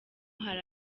hari